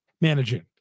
managing